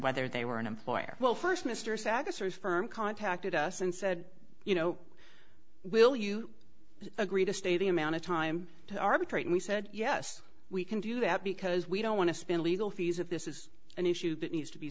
whether they were an employer well first mr sack us or a firm contacted us and said you know will you agree to stay the amount of time to arbitrate and he said yes we can do that because we don't want to spend legal fees if this is an issue that needs to be